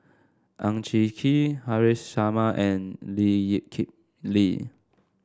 Ang Hin Kee Haresh Sharma and Lee Kip Lee